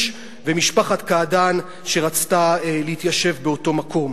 ומשפחת קעדאן שרצתה להתיישב באותו מקום.